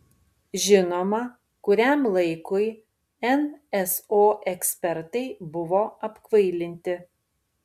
žinoma kuriam laikui nso ekspertai buvo apkvailinti